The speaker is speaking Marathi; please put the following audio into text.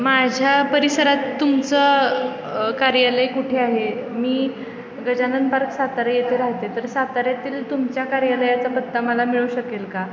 माझ्या परिसरात तुमचं कार्यालय कुठे आहे मी गजानन पार्क सातारा येते राहते तर साताऱ्यातील तुमच्या कार्यालयाचा पत्ता मला मिळू शकेल का